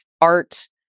art